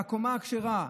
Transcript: בקומה הכשרה.